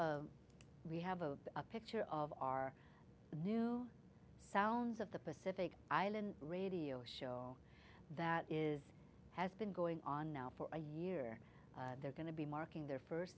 really have a picture of our new sounds of the pacific island radio show that is has been going on now for a year they're going to be marking their first